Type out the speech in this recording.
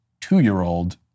two-year-old